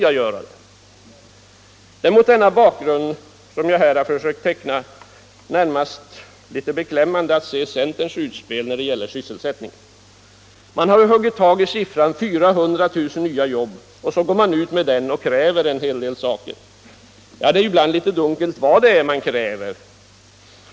Det är mot den bakgrund som jag här har försökt teckna närmast beklämmande att se centerns utspel när det gäller sysselsättningen. Man har huggit tag i siffran 400 000 nya jobb, och så går man ut med den och kräver en del saker. Ja, det är ju litet dunkelt vad man kräver.